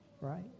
Right